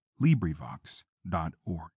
LibriVox.org